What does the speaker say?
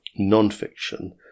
nonfiction